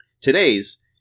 Today's